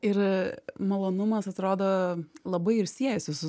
ir malonumas atrodo labai ir siejasi su